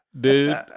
dude